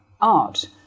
art